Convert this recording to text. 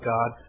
God